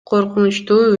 коркунучтуу